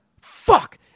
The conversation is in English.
fuck